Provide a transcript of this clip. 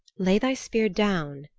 lay thy spear down,